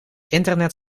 internet